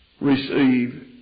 receive